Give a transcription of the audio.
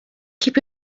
keep